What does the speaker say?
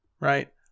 right